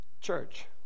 Church